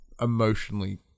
emotionally